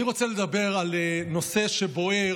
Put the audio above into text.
אני רוצה לדבר על נושא שבוער